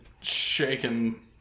shaking